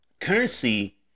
Currency